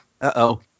Uh-oh